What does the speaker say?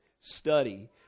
study